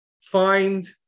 find